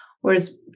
Whereas